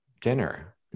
dinner